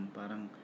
parang